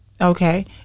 Okay